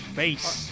face